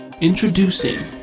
Introducing